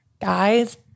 guys